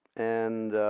and